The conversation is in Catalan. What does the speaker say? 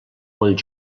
molt